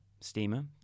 Steamer